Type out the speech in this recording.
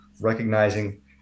recognizing